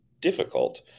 difficult